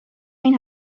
این